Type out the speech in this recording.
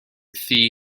thŷ